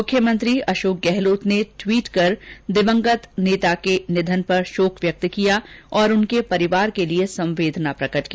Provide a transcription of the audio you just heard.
मुख्यमंत्री अशोक गहलोत ने एक ट्वीट कर दिवंगत पर्रिकर के निधन पर शोक व्यक्त किया और उनके परिवार के लिए संवेदना प्रकट की